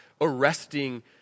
arresting